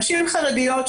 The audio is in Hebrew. נשים חרדיות,